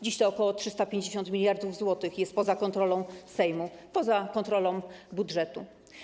Dziś ok. 350 mld zł jest poza kontrolą Sejmu, poza kontrolą budżetu.